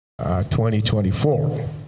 2024